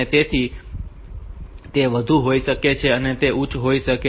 તેથી તે વધુ હોઈ શકે છે તે વધુ ઉચ્ચ હોઈ શકે છે